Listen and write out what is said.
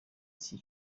z’iki